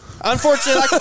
unfortunately